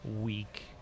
week